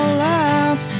last